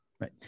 Right